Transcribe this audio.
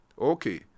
Okay